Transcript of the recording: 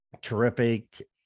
terrific